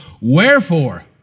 wherefore